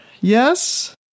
Yes